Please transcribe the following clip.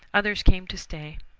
others came to stay,